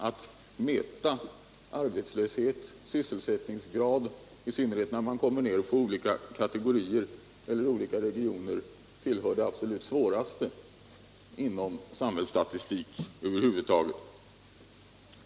Att mäta arbetslöshet, sysselsättningsgrad — i synnerhet när man kommer ned på olika kategorier eller olika regioner — hör till det absolut svåraste inom samhällsstatistik över huvud taget.